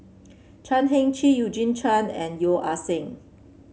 Chan Heng Chee Eugene Chen and Yeo Ah Seng